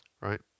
right